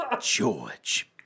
George